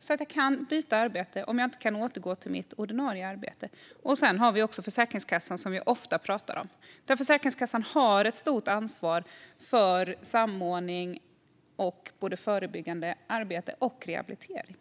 så att jag kan byta arbete om jag inte kan återgå till mitt ordinarie arbete. Sedan har vi också Försäkringskassan, som vi ofta pratar om. Försäkringskassan har ett stort ansvar för samordning, förebyggande arbete och rehabilitering.